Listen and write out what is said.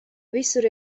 visur